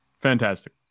fantastic